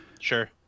Sure